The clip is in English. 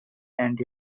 and